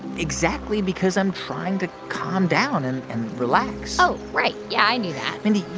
exactly because i'm trying to calm down and relax oh, right, yeah, i knew that mindy,